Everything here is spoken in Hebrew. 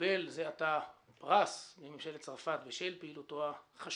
שקיבל זה עתה פרס מממשלת צרפת בשל פעילותו החשובה